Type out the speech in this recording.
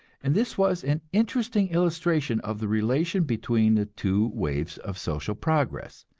and this was an interesting illustration of the relation between the two waves of social progress.